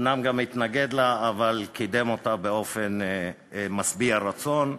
אומנם הוא גם התנגד לה אבל קידם אותה באופן משביע רצון,